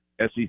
SEC